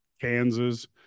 Kansas